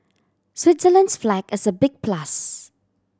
Switzerland's flag is a big plus